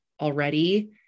already